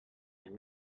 and